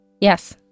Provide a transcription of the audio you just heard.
Yes